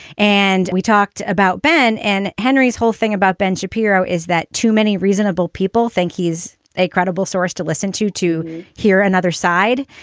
and we talked about ben and henry's whole thing about ben shapiro is that too many reasonable people think he's a credible source to listen to to hear another side.